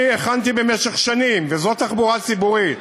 אני הכנתי במשך שנים, וזו תחבורה ציבורית,